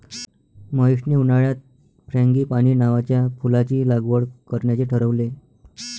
महेशने उन्हाळ्यात फ्रँगीपानी नावाच्या फुलाची लागवड करण्याचे ठरवले